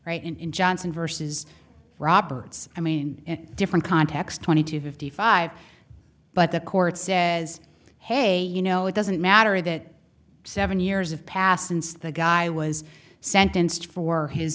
right in johnson versus roberts i mean in a different context twenty two fifty five but the court says hey you know it doesn't matter that seven years have passed since the guy was sentenced for his